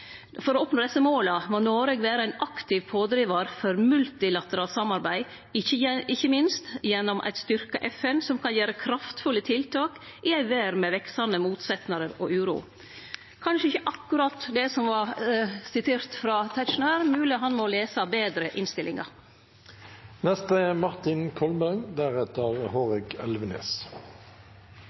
desse måla må Noreg vere ein aktiv pådrivar for multilateralt samarbeid, ikkje minst eit styrka FN som kan gjere kraftfulle tiltak i ei verd med veksande motsetnader og uro.» Det er kanskje ikkje akkurat det som vart sitert frå Tetzschner. Det er mogleg han må lese innstillinga betre. Vi kan slå fast at det er